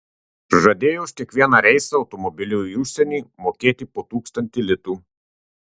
žadėjo už kiekvieną reisą automobiliu į užsienį mokėti po tūkstantį litų